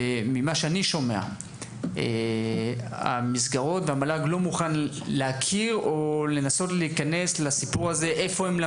ממה שאני שומע המל"ג לא מוכן להכיר במוסדות בהם הם